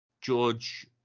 George